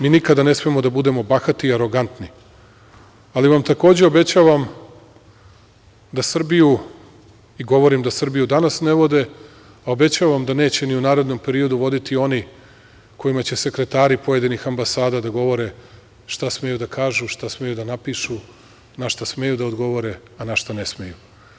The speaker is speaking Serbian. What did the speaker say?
Mi nikada ne smemo da budemo bahati i arogantni, ali vam takođe obećavam da Srbiju i govorim da Srbiju danas ne vode, a obećavam da neće ni u narednom periodu voditi oni kojima će sekretari pojedinih ambasada da govore šta smeju da kažu, šta smeju da napišu, na šta smeju da odgovore, a na šta ne smeju.